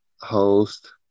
host